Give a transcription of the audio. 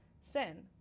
sin